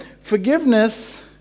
forgiveness